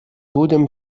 будем